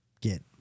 get